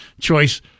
choice